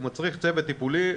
הוא מצריך צוות טיפולי,